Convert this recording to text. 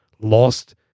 lost